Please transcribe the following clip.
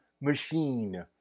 machine